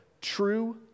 true